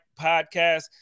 podcast